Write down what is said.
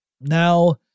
Now